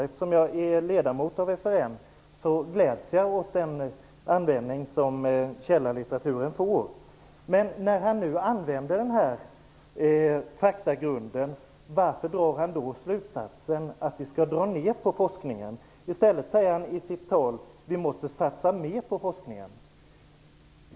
Eftersom jag är ledamot av FRN gläds jag åt den användning som Men när han nu använde den här faktagrunden, varför drar han då slutsatsen att vi skall dra ner på forskningen? Han säger i sitt tal att vi måste satsa mer på forskningen.